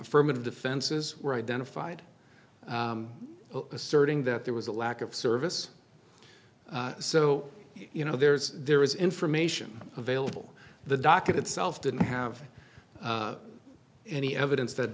affirmative defenses were identified asserting that there was a lack of service so you know there's there is information available the docket itself didn't have any evidence that